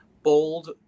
bold